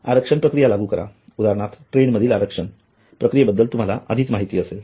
आरक्षण प्रक्रिया लागू करा उदाहरणार्थ ट्रेन मधील आरक्षण प्रक्रियेबद्दल तुम्हाला आधीच माहिती असेल